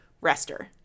rester